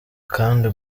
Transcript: kandi